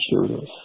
students